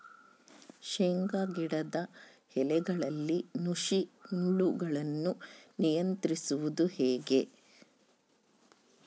ಶೇಂಗಾ ಗಿಡದ ಎಲೆಗಳಲ್ಲಿ ನುಷಿ ಹುಳುಗಳನ್ನು ನಿಯಂತ್ರಿಸುವುದು ಹೇಗೆ?